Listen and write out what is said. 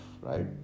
right